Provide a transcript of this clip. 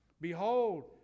Behold